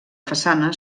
façana